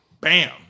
Bam